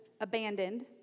abandoned